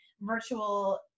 virtual